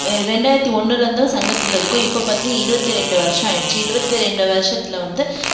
ரெண்டாயிரத்தி ஒன்றுலேர்ந்து சங்கத்தில் இருக்கோம் இப்போது பாத்தி இருபத்தி ரெண்டு வருஷம் ஆகிடிச்சு இருபத்தி ரெண்டு வருஷத்தில் வந்து